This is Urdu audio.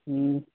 ہوں